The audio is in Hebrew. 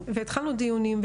והתחלנו דיונים,